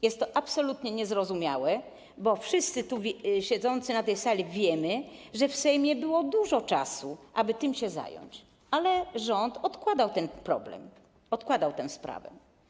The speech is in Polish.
Jest to absolutnie niezrozumiałe, bo wszyscy tu siedzący, na tej sali, wiemy, że w Sejmie było dużo czasu, aby tym się zająć, ale rząd odkładał ten problem, odkładał tę sprawę.